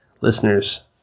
Listeners